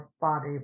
body